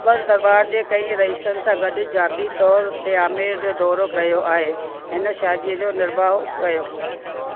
अक़बर दरबारु जे कई रइसनि सां गॾु जाती तौरु ते आमेर जो दौरो कयो आहे हिन शादीअ जो निबाह कयो